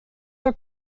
der